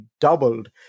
doubled